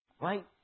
Right